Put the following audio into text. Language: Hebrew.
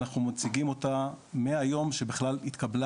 ואנחנו מציגים אותה מהיום שבכלל התקבלה